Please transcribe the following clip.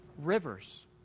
Rivers